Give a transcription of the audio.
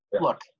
look